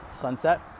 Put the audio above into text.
sunset